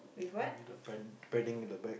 with what